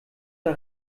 der